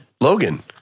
Logan